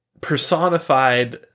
personified